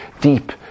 deep